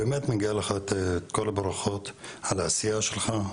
באמת מגיעות לך כל הברכות על העשייה שלך,